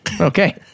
okay